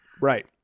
Right